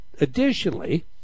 Additionally